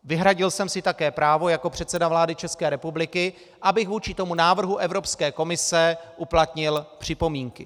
Vyhradil jsem si také právo jako předseda vlády České republiky, abych vůči tomu návrhu Evropské komise uplatnil připomínky.